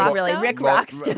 really rick rocks.